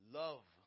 love